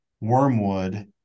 Wormwood